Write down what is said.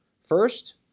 First